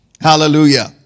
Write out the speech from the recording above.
Hallelujah